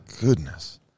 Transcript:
Goodness